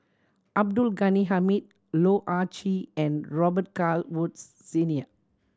Abdul Ghani Hamid Loh Ah Chee and Robet Carr Woods Senior